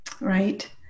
right